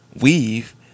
weave